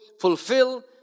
fulfill